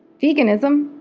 veganism,